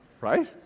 Right